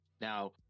Now